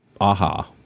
aha